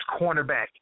cornerback